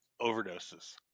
overdoses